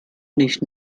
nicht